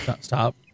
stop